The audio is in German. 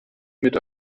mit